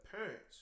parents